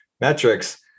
metrics